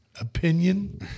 opinion